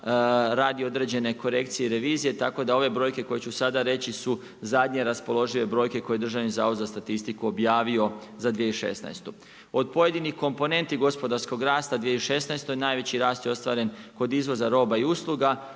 radi određene korekcije i revizije, tako da ove brojke koje ću sada reći su zadnje raspoložive brojke koje Državni zavod za statistiku objavio za 2016. Od pojedinih komponenti gospodarskog rasta 2016. najveći rast je ostvaren kod izvoza roba i usluga,